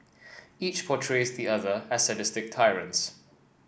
each portrays the other as sadistic tyrants